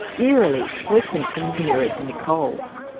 eerily her symptoms mirrored nichole's.